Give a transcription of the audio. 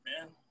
man